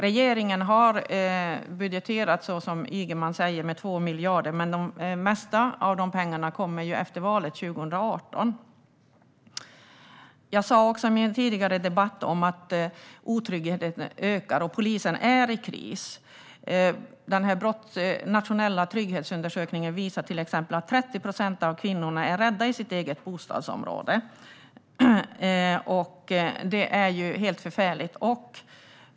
Regeringen har, som Ygeman säger, budgeterat 2 miljarder, men merparten av de pengarna kommer efter valet 2018. Jag sa också i den tidigare debatten att otryggheten ökar, och polisen är i kris. Nationella trygghetsundersökningen visar till exempel att 30 procent av kvinnorna är rädda i sitt eget bostadsområde. Det är helt förfärligt!